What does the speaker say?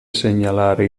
segnalare